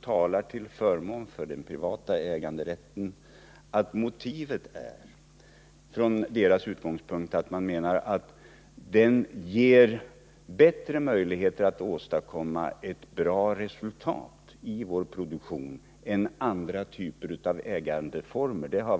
talar till förmån för den privata äganderätten, att motivet är att privat ägande ger bättre möjligheter att åstadkomma ett bra resultat i vår produktion än andra ägandeformer.